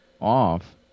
off